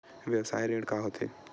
व्यवसाय ऋण का होथे?